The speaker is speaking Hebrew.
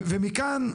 ומכאן,